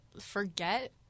forget